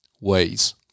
ways